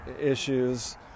issues